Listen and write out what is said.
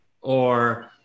or-